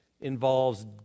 involves